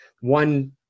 one